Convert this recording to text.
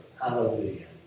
Hallelujah